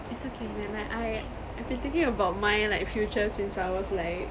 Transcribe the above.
it's okay man like I~ I've been thinking about my like future since I was like